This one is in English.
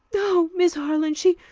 no. miss harland. she